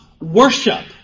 worship